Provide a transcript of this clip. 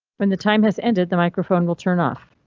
when the time has ended, the microphone will turn off.